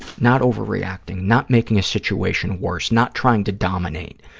not overreacting, not making a situation worse, not trying to dominate.